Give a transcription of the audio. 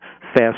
fast